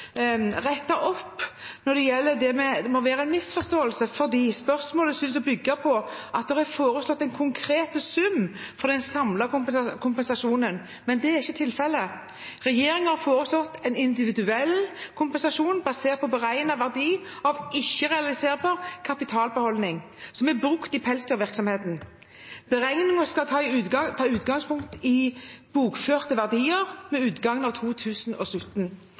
rette opp i det som må være en misforståelse. Spørsmålet synes å bygge på at det er foreslått en konkret sum for den samlede kompensasjonen, men det er ikke tilfellet. Regjeringen har foreslått en individuell kompensasjon basert på en beregnet verdi av ikke-realiserbar kapitalbeholdning som er brukt i pelsdyrvirksomheten. Beregningen skal ta utgangspunkt i bokførte verdier ved utgangen av 2017,